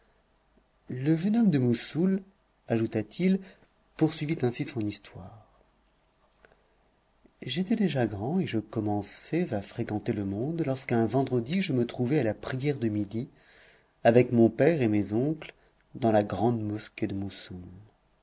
le jeune homme de moussoul ajouta-til poursuivit ainsi son histoire j'étais déjà grand et je commençais à fréquenter le monde lorsqu'un vendredi je me trouvai à la prière de midi avec mon père et mes oncles dans la grande mosquée de moussoul